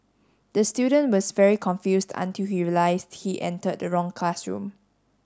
the student was very confused until he realised he entered the wrong classroom